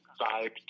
vibe